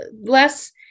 less